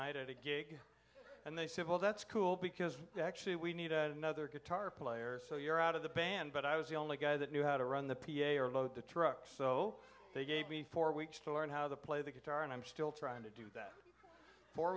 night at a gig and they said well that's cool because actually we need another guitar player so you're out of the band but i was the only guy that knew how to run the p a or load the truck so they gave me four weeks to learn how to play the guitar and i'm still trying to do that for